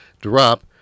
drop